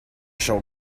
shall